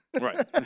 Right